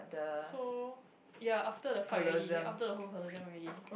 so ya after the fight already after the whole Colosseum already